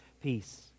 peace